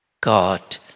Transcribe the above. God